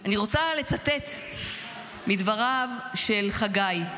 אני רוצה לצטט מדבריו של חגי,